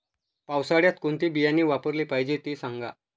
पावसाळ्यात कोणते बियाणे वापरले पाहिजे ते सांगा